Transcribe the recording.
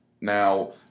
now